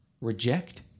Reject